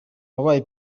wabaye